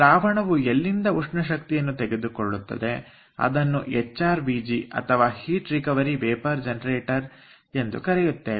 ದ್ರಾವಣವು ಎಲ್ಲಿಂದ ಉಷ್ಣ ಶಕ್ತಿಯನ್ನು ತೆಗೆದುಕೊಳ್ಳುತ್ತದೆ ಅದನ್ನು ಹೆಚ್ ಆರ್ ವಿ ಜಿ ಅಥವಾ ಹೀಟ್ ರಿಕವರಿ ವೇಪರ್ ಜನರೇಟರ್ ಎಂದು ಕರೆಯುತ್ತೇವೆ